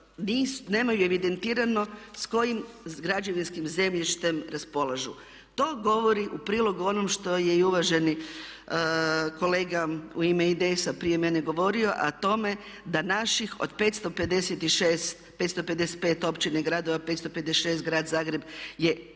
nemaju evidentirano s kojim građevinskim zemljištem raspolažu. To govori u prilog onom što je i uvaženi kolega u ime IDS-a prije mene govorio a o tome da naših od 555 općina i gradova, 556 grad Zagreb je jako